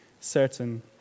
certain